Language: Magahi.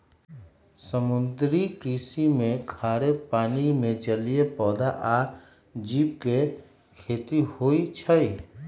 समुद्री कृषि में खारे पानी में जलीय पौधा आ जीव के खेती होई छई